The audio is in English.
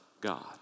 God